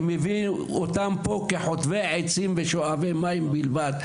הם הביאו אותם לפה כחוטבי עצים וכשואבי מים בלבד.